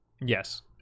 Yes